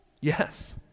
Yes